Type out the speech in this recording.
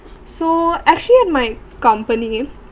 so actually at my company ah